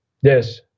Yes